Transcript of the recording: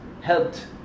helped